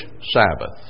Sabbath